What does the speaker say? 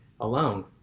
alone